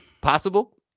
Possible